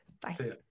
Bye